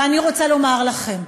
ואני רוצה לומר לכם: